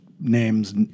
names